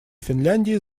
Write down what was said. финляндии